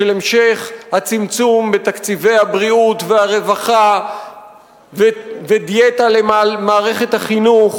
של המשך הצמצום בתקציבי הבריאות והרווחה ודיאטה למערכת החינוך.